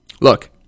look